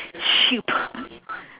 sheep